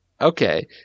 okay